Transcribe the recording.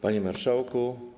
Panie Marszałku!